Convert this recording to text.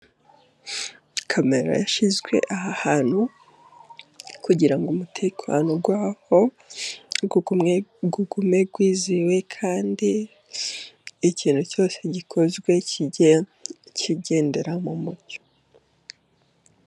Kamera yashyizwe aha hantu kugirango umutekano waho ugume wizewe kandi ikintu cyose gikozwe kijye kigendera mu mucyo.